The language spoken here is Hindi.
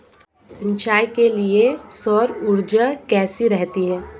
सिंचाई के लिए सौर ऊर्जा कैसी रहती है?